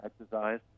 exercise